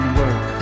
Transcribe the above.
work